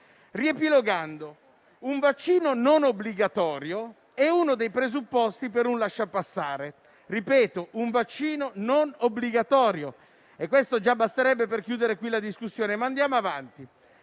Riepilogando, un vaccino non obbligatorio è uno dei presupposti per un lasciapassare. Ripeto: il vaccino non è obbligatorio. Ciò già basterebbe per chiudere la discussione, ma andiamo avanti.